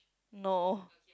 no